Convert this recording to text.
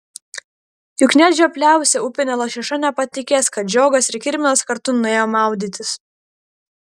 juk net žiopliausia upinė lašiša nepatikės kad žiogas ir kirminas kartu nuėjo maudytis